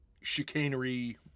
chicanery